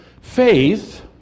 Faith